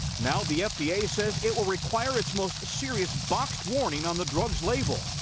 now the fda says it will require its most serious boxed warning on the drug's label.